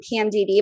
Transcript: PMDD